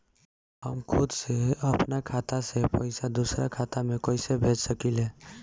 हम खुद से अपना खाता से पइसा दूसरा खाता में कइसे भेज सकी ले?